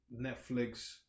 Netflix